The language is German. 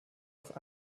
auf